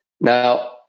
Now